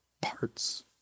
parts